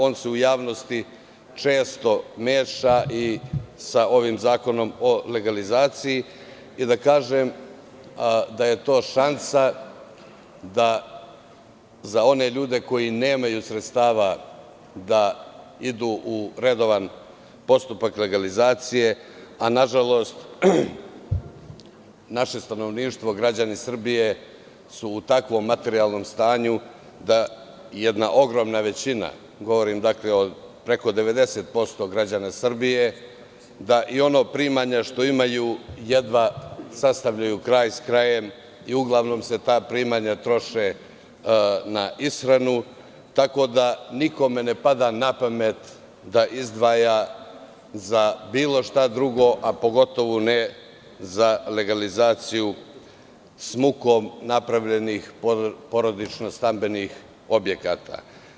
On se u javnosti često meša i sa ovim zakonom o legalizaciji i to je šansa za one ljude koji nemaju sredstava da idu u redovan postupak legalizacije, a nažalost naše stanovništvo, građani Srbije su u takvom materijalnom stanju da jedna ogromna većina, govorim, dakle, preko 90% građana Srbije, ona primanja što imaju jedva sastavljaju kraj s krajem i uglavnom se ta primanja troše na ishranu, tako da nikome ne pada napamet da izdvaja za bilo šta drugo, a pogotovo ne za legalizaciju s mukom napravljenih porodično-stambenih objekata.